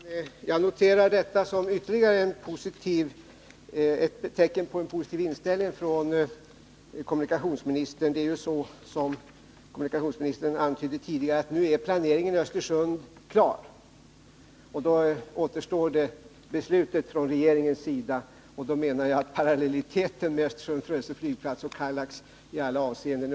Herr talman! Jag noterar detta som ytterligare ett tecken på en positiv inställning från kommunikationsministerns sida. Som kommunikationsministern antydde tidigare är planeringen klar i Östersund, och då återstår ett regeringsbeslut. Jag menar därför att parallellitet föreligger mellan Östersunds och Kallax flygplats i alla avseenden.